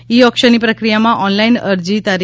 ઇ ઓકશનની પ્રક્રિયામાં ઓનલાઈન અરજી તા